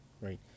right